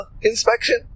inspection